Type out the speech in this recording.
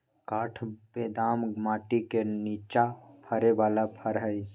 काठ बेदाम माटि के निचा फ़रे बला फ़र हइ